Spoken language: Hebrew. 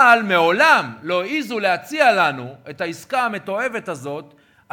אבל מעולם לא העזו להציע לנו את העסקה המתועבת הזאת,